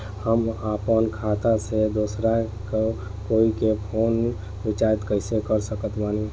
हम अपना खाता से दोसरा कोई के फोन रीचार्ज कइसे कर सकत बानी?